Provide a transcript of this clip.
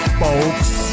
folks